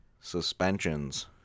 Suspensions